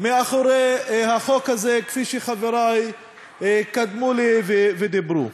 מאחורי החוק הזה, כפי שחברי קדמו לי ואמרו.